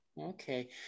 okay